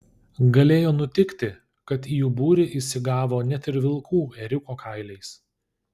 galėjo nutikti kad į jų būrį įsigavo net ir vilkų ėriuko kailiais